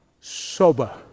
Sober